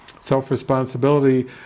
self-responsibility